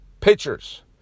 pitchers